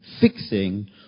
Fixing